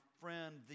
friend